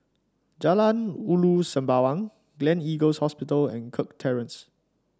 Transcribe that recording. Jalan Ulu Sembawang Gleneagles Hospital and Kirk Terrace